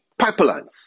pipelines